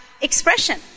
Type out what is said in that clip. expression